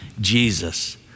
Jesus